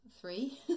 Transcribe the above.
three